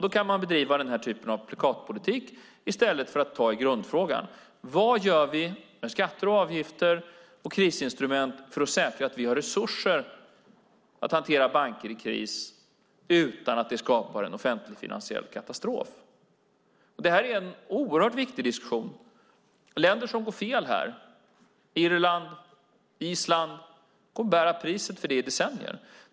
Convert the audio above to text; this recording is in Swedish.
Då kan man bedriva nämnda typ av plakatpolitik i stället för att ta i grundfrågan: Vad gör vi när det gäller skatter, avgifter och krisinstrument för att säkra att vi har resurser att hantera banker i kris utan att det skapar en offentligfinansiell katastrof? Det är en oerhört viktig diskussion. Länder som går fel här - Irland och Island - får betala priset för det i decennier.